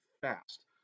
fast